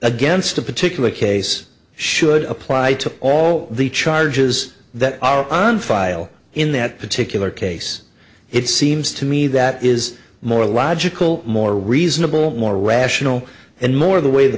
against a particular case should apply to all the charges that are on file in that particular case it seems to me that is more logical more reasonable more rational and more the way the